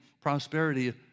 prosperity